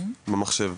במחשב.